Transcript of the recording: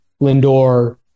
Lindor